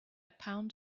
pound